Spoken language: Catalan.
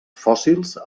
fòssils